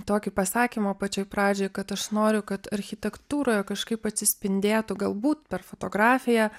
tokį pasakymą pačioj pradžioj kad aš noriu kad architektūroje kažkaip atsispindėtų galbūt per fotografiją